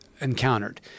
encountered